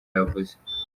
yavuze